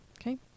Okay